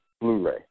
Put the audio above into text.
Blu-ray